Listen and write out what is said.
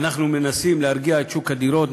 אנחנו מנסים להרגיע את שוק הדירות.